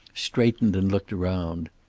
straightened and looked around.